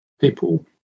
people